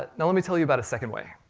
ah now let me tell you about a second way.